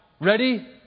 Ready